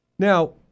Now